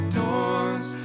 doors